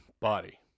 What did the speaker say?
body